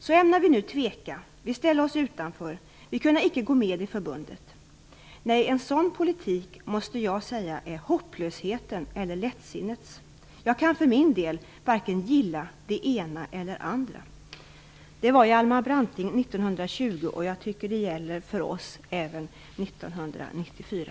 så ämna vi nu tveka, vi ställa oss utanför, vi kunna icke gå med i förbundet? Nej, en sådan politik måste jag säga är hopplöshetens eller lättsinnets -- jag kan för min del varken gilla det ena eller andra.'' Detta sades alltså av Hjalmar Branting 1920, men jag tycker att det gäller även 1994.